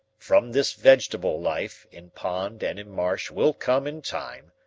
from this vegetable life in pond and in marsh will come, in time,